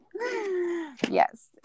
yes